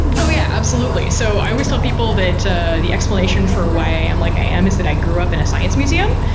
oh yeah, absolutely. so i always tell people that the explanation for why i am like i am is that i grew up in a science museum.